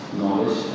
knowledge